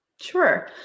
Sure